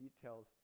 details